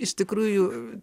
iš tikrųjų